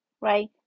Right